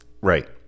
right